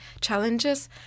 challenges